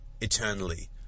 eternally